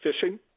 fishing